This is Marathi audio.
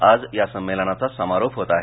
आज या संमेलनाचा समारोप होत आहे